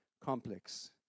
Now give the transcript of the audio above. complex